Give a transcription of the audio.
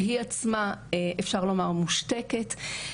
שהיא עצמה אפשר לומר מושתקת,